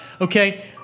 okay